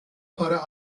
para